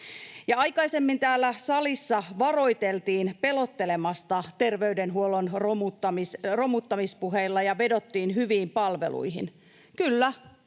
Aikaisemmin täällä salissa varoiteltiin pelottelemasta terveydenhuollon romuttamispuheilla ja vedottiin hyviin palveluihin. Kyllä,